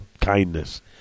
kindness